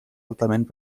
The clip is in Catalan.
altament